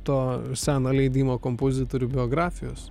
to seno leidimo kompozitorių biografijos